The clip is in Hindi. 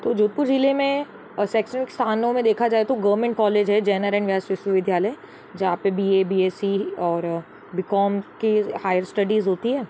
तो जोधपुर ज़िला में और अक्सर स्थानों में देखा जाए तो गवर्नमेंट कॉलेज है जनरल विश्वविद्यालय जहाँ पे B A B S C और बी कॉम के हाइ स्टडीज़ होती है